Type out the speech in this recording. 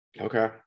Okay